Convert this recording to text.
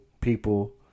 people